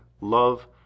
love